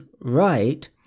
right